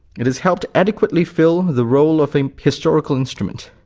it has helped adequately fill the role of a historical instrument,